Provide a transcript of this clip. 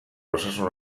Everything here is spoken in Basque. osasun